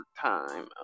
time